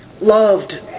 loved